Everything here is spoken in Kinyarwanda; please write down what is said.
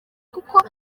kuko